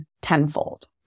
tenfold